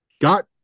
got